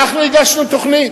אנחנו הגשנו תוכנית,